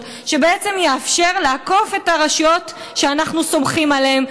שבעצם יאפשר לעקוף את הרשויות שאנחנו סומכים עליהן,